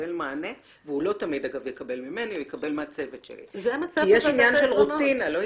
יקבל מענה והוא לא תמיד יקבל ממני אלא מהצוות שלי.